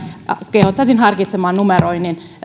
kehottaisin harkitsemaan numeroinnin